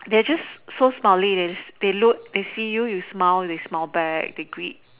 they're just so smiley they they look they see you you smile they smile back they greet